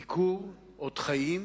ביקור, אות חיים,